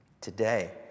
Today